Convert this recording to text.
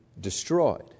destroyed